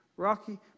Rocky